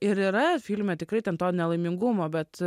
ir yra filme tikrai ten to nelaimingumo bet